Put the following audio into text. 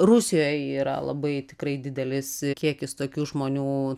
rusijoj yra labai tikrai didelis kiekis tokių žmonių